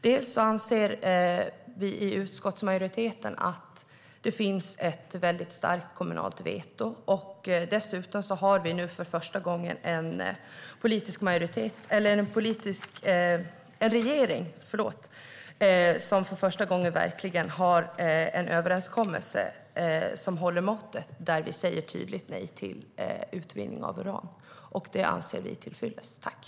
Dels anser vi i utskottsmajoriteten att det finns ett starkt kommunalt veto, dels har vi nu för första gången en regering som verkligen har en överenskommelse som håller måttet och som säger tydligt nej till utvinning av uran. Det anser vi är till fyllest.